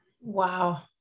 wow